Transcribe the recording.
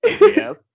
Yes